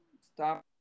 Stop